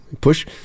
push